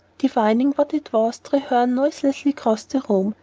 divining what it was, treherne noiselessly crossed the room,